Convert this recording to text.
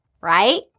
right